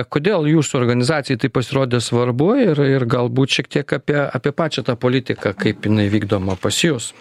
kodėl jūsų organizacijai taip pasirodė svarbu ir ir galbūt šiek tiek apie apie pačią tą politiką kaip jinai vykdoma pas jus